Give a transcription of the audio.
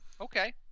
Okay